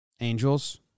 Angels